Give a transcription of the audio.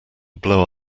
blow